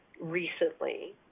recently